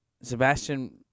Sebastian